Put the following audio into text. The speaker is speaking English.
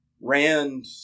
Rand